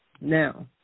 Now